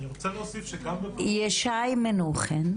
ישי מנוחין.